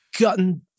gotten